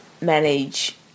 manage